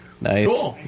Nice